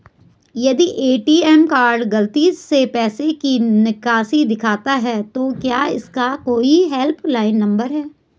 यदि ATM card गलती से पैसे की निकासी दिखाता है तो क्या इसका कोई हेल्प लाइन नम्बर है?